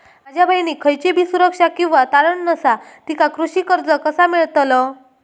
माझ्या बहिणीक खयचीबी सुरक्षा किंवा तारण नसा तिका कृषी कर्ज कसा मेळतल?